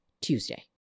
Tuesday